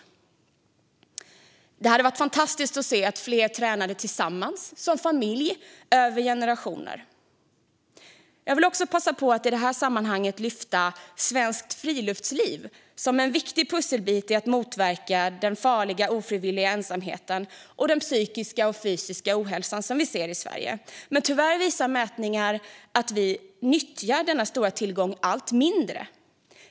Det hade varit fantastiskt att se att fler tränade tillsammans som familj och över generationer. Jag vill också i det här sammanhanget passa på att lyfta svenskt friluftsliv som en viktig pusselbit till att motverka den ofrivilliga ensamhet och psykiska och fysiska ohälsa som vi ser i Sverige. Tyvärr visar mätningar att vi nyttjar denna stora tillgång allt mindre.